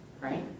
right